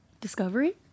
Discovery